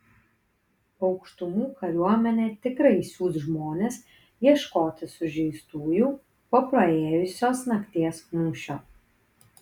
aukštumų kariuomenė tikrai siųs žmones ieškoti sužeistųjų po praėjusios nakties mūšio